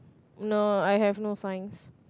no I have no signs